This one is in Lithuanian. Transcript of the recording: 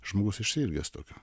žmogus išsiilgęs tokio